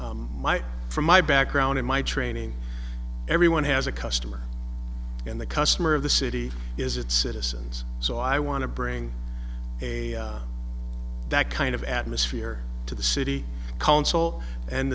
my from my background in my training everyone has a customer in the customer of the city is its citizens so i want to bring a that kind of atmosphere to the city council and